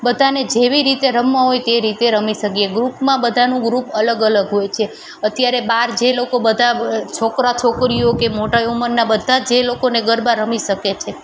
બધાને જેવી રીતે રમવા હોય તેવી રીતે રમી શકીએ ગ્રૂપમાં બધાનું ગ્રૂપ અલગ અલગ હોય છે અત્યારે બાર જે લોકો બધા છોકરા છોકરીઓ કે મોટા ઉમરના બધા જે લોકોને ગરબા રમી શકે છે